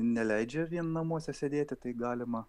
neleidžia vien namuose sėdėti tai galima